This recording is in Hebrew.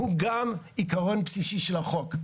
הוא גם עיקרון בסיסי של החוק.